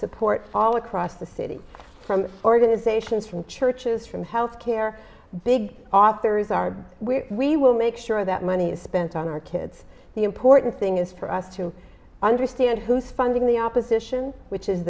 supports all across the city from organizations from churches from health care big authors are where we will make sure that money is spent on our kids the important thing is for us to understand who's funding the opposition which is